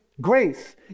grace